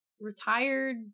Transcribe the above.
retired